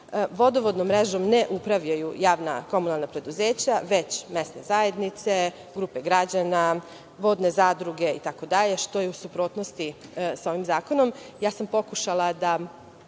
vodovodnom mrežom ne upravljaju javna komunalna preduzeća, već mesne zajednice, grupe građana, vodne zadruge itd, što je u suprotnosti sa ovim zakonom. Pokušala